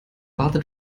wartet